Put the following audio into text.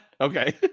Okay